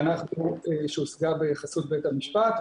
פשרה שהושגה בחסות בית המשפט.